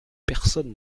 personne